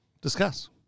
Discuss